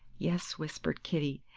yes, whispered kitty,